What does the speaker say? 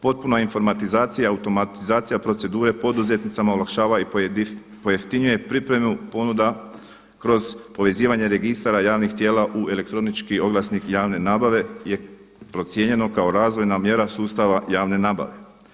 Potpuna informatizacija i automatizacija procedure poduzetnicima olakšava i pojeftinjuje pripremu ponuda kroz povezivanje registara javnih tijela u elektronički oglasnik javne nabave je procijenjeno kao razvojna mjera sustava javne nabave.